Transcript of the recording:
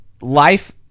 life